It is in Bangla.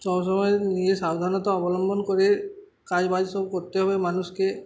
সবসময় নিয়েজ সাধাণতা অবলম্বন করে কাজ বাজ সব করতে হবে মানুষকে